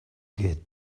get